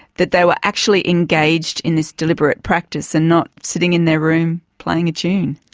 that they were actually engaged in this deliberate practice and not sitting in their room playing a tune?